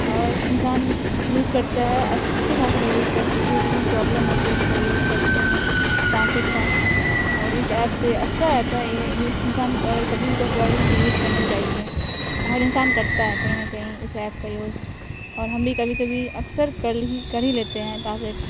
اور انسان یوز کرتا ہے اچھی خاصی وہ یوز کرتی ہے کسی چیز میں پرابلم ہوتی ہے تو وہ یوز کرتے ہیں ٹاسلیٹ کا اور اس ایپ سے اچھا ایپ ہے یہ یوز انسان کو اگر کبھی بھی کوئی پرابلم ہو تو یوز کرنا چاہیے ہر انسان کرتا ہے کہیں نہ کہیں اس ایپ کا یوز اور ہم بھی کبھی کبھی اکثر کر ہی کر ہی لیتے ہیں ٹانسلیٹ